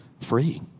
free